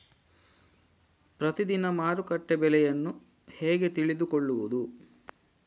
ಪ್ರತಿದಿನದ ಮಾರುಕಟ್ಟೆ ಬೆಲೆಯನ್ನು ಹೇಗೆ ತಿಳಿದುಕೊಳ್ಳುವುದು?